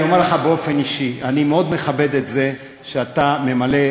אני אומר לך באופן אישי: אני מאוד מכבד את זה שאתה ממלא-מקום,